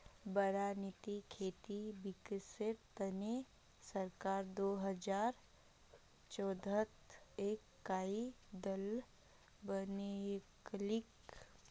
बारानीत खेतीर विकासेर तने सरकार दो हजार चौदहत एक कार्य दल बनैय्यालकी